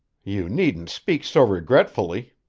you needn't speak so regretfully,